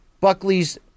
Buckley's